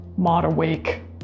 modawake